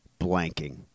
blanking